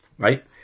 Right